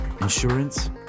insurance